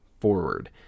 forward